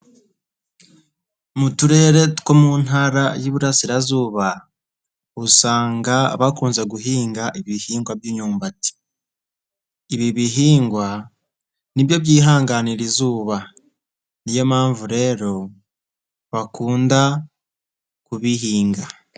Mu turere two mu ntara y'iburasirazuba, usanga bakunze guhinga ibihingwa by'imyumbati. Ibi bihingwa, nibyo byihanganira izuba. Niyo mpamvu rero, bakunda kubihinga.